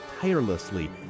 tirelessly